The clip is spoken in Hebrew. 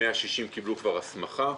160 קיבלו כבר הסמכה,